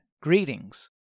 Greetings